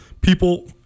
people